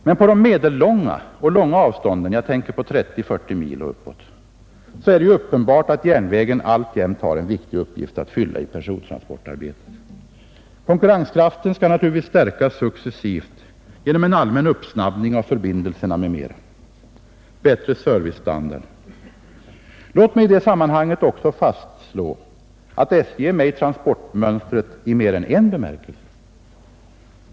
Men på de medellånga och långa avstånden — 30, 40 mil och uppåt — är det uppenbart att järnvägen alltjämt har en viktig uppgift att fylla. Konkurrenskraften skall naturligtvis stärkas successivt genom en allmän uppsnabbning av förbindelserna och bättre servicestandard m.m. Låt mig i detta sammanhang också fastslå att SJ är med i transportmönstret i mer än en bemärkelse.